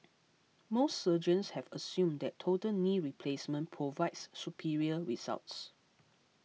most surgeons have assumed that total knee replacement provides superior results